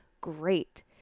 great